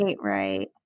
right